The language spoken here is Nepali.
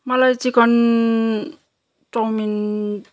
मलाई चिकन चौमिन